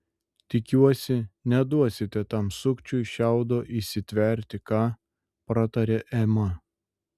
tikiuosi neduosite tam sukčiui šiaudo įsitverti ką pratarė ema